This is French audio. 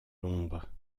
l’ombre